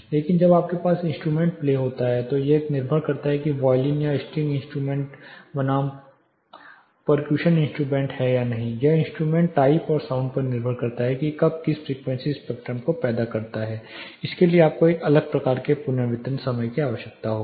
जबकि जब आपके पास इंस्ट्रूमेंटेशन प्ले होता है तो यह निर्भर करता है कि यह वायलिन या स्ट्रिंग इंस्ट्रूमेंट बनाम पर्क्यूशन इंस्ट्रूमेंट है या नहीं यह इंस्ट्रूमेंट टाइप और साउंड पर निर्भर करता है कि यह किस फ्रीक्वेंसी स्पेक्ट्रम को पैदा करता है इसके लिए आपको एक अलग प्रकार के पुनर्वितरण समय की आवश्यकता होगी